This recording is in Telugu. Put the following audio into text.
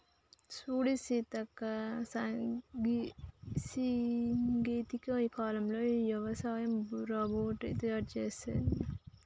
సూడు సీతక్క గీ సాంకేతిక కాలంలో యవసాయ రోబోట్ తయారు సేసారు వాటి వల్ల వ్యవసాయం కూడా సానా పెరుగుతది